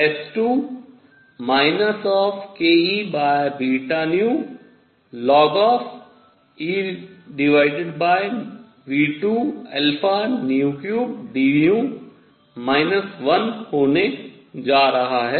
S2 kEβνln EV23dν 1 होने जा रहा है